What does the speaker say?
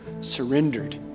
surrendered